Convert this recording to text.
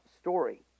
story